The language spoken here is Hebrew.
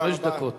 חמש דקות.